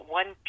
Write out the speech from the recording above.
one